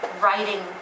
writing